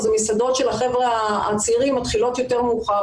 אז המסעדות של החבר'ה הצעירים מתחילים יותר מאוחר,